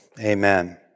Amen